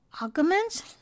arguments